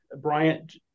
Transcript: Bryant